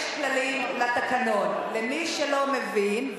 יש כללים לתקנון, למי שלא מבין,